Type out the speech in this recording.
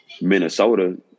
Minnesota